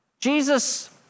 Jesus